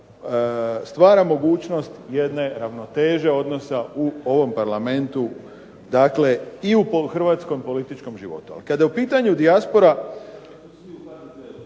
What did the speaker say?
stvara mogućnost jedne ravnoteže odnosa u ovom parlamentu, dakle i u hrvatskom političkom životu. Ali kada je u pitanju dijaspora…